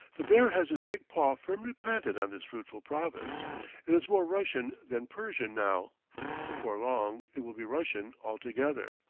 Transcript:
the bear has his big paw firmly planted on this fruitful province it is more russian than persian now before long it will be russian altogether.